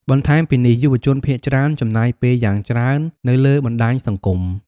បន្ថែមពីនេះ យុវជនភាគច្រើនចំណាយពេលយ៉ាងច្រើននៅលើបណ្តាញសង្គម។